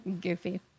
Goofy